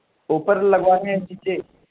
اوپر لگوانی ہے نیچے